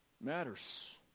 matters